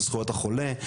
על זכויות החולה,